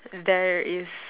there is